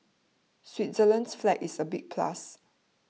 Switzerland's flag is a big plus